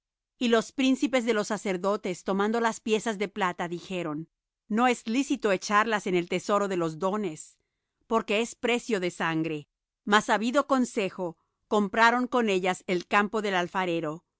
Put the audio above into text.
y los príncipes de los sacerdotes tomando las piezas de plata dijeron no es lícito echarlas en el tesoro de los dones porque es precio de sangre mas habido consejo compraron con ellas el campo del alfarero